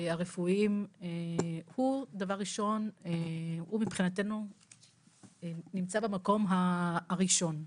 הרפואיים, הוא מבחינתנו נמצא במקום הראשון.